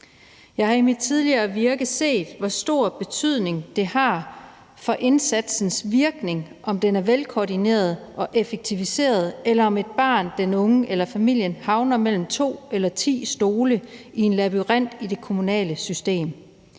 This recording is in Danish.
Jeg har i mit tidligere virke set, hvor stor betydning det har for indsatsens virkning, om den er velkoordineret og effektiviseret, eller om et barn, den unge eller familien havner mellem to eller ti stole i en labyrint i det kommunale system.